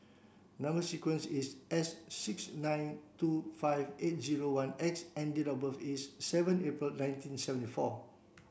number sequence is S six nine two five eight zero one X and date of birth is seven April nineteen seventy four